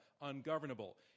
ungovernable